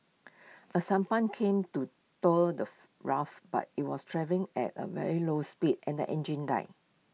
A sampan came to tow the raft but IT was travelling at A very slow speed and the engine died